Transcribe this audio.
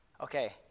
Okay